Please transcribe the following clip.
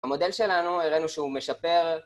המודל שלנו הראנו שהוא משפר